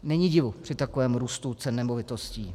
Není divu při takovém růstu cen nemovitostí.